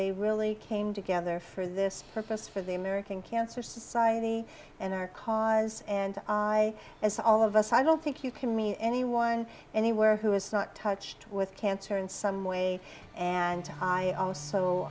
they really came together for this purpose for the american cancer society and our cause and i as all of us i don't think you can mean anyone anywhere who has not touched with cancer in some way and